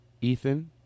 Ethan